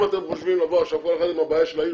אם אתם חושבים לבוא השבוע כל אחד עם הבעיה של העיר שלו,